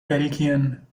belgien